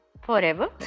forever